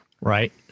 Right